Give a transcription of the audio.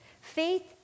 Faith